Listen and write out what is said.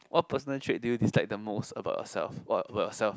what personal trait do you dislike the most about yourself what about yourself